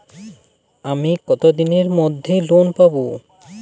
আমি কতদিনের মধ্যে লোন পাব?